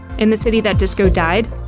in the city that disco died,